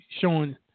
showing